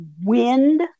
wind